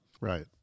Right